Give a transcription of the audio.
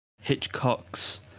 hitchcock's